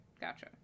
gotcha